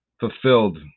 fulfilled